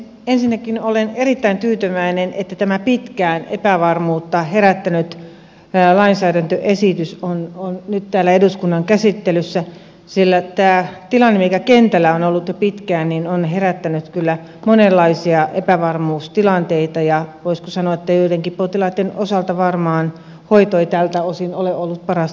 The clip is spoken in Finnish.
ensinnäkin olen erittäin tyytyväinen että tämä pitkään epävarmuutta herättänyt lainsäädäntöesitys on nyt täällä eduskunnan käsittelyssä sillä tämä tilanne mikä kentällä on ollut jo pitkään on herättänyt kyllä monenlaisia epävarmuustilanteita ja voisiko sanoa joidenkin potilaitten osalta varmaan hoito ei tältä osin ole ollut parasta mahdollista